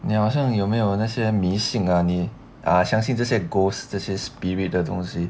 你好像有没有那些迷信啊你啊相信这些 ghost 这些 spirit 的东西